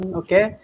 okay